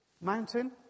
Mountain